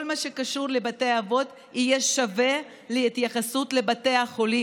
כל מה שקשור לבתי האבות יהיה שווה להתייחסות לבתי החולים.